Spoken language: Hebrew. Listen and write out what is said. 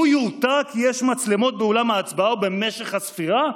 הוא יורתע כי יש מצלמות באולם ההצבעה ובמשך הספירה?